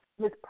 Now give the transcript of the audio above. Miss